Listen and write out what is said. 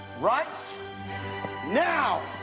right now.